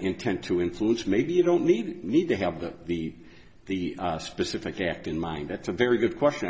intent to influence maybe you don't need me to have that be the specific act in mind that's a very good question